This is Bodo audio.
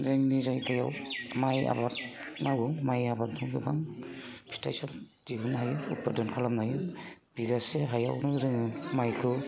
जोंनि जायगायाव माइ आबाद मावो माइ आबाद जों गोबां फिथाइ सामथाइ दिहुननो हायो खेथि खालामनो हायो बिगासे हायावनो जोङो माइखौ